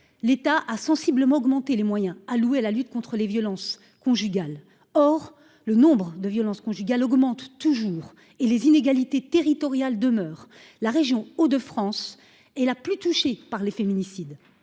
L'État a sensiblement augmenté les moyens alloués à la lutte contre les violences conjugales. Or, le nombre de violences conjugales augmente toujours et les inégalités territoriales demeure la région Hauts de France est la plus touchée par les féminicides.